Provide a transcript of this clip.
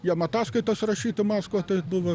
jiem ataskaitas rašyt maskvą tai buvo